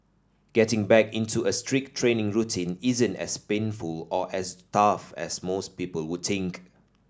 getting back into a strict training routine isn't as painful or as tough as most people would think